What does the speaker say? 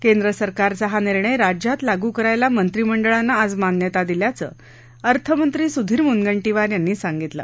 केंद्रसरकारचा हा निर्णय राज्यात लागू करायला मंत्रिमंडळानं आज मान्यता दिल्याचं अर्थमंत्री सुधीर मुनगंटीवार यांनी सांगितलं